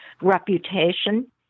reputation